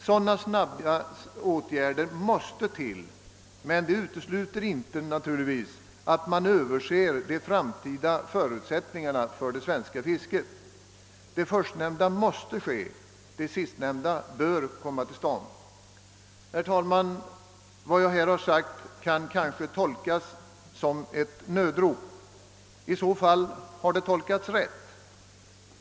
Sådana snabba åtgärder måste till, men detta utesluter naturligtvis inte att man överser de framtida förutsättningarna för det svenska fisket. Det förstnämnda måste ske. Det sistnämnda bör komma till stånd. Herr talman! Vad jag här har sagt kan kanske tolkas som ett nödrop. I så fall har det tolkats rätt.